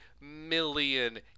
million